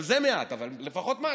גם זה מעט, אבל לפחות משהו.